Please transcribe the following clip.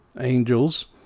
angels